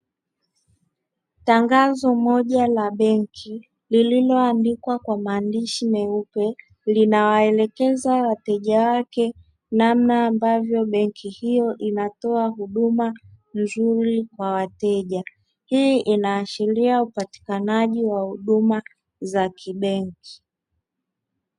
Tangazo moja la benki lililoandikwa kwa maandishi meupe linawaelekeza wateja wake namna ambavyo benki hiyo inatoa huduma nzuri kwa wateja, hii inaashiria upatikanaji wa huduma za kibenki.